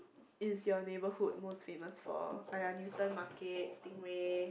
is your neighbourhood most famous for !aiya! Newton Market stingray